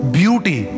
beauty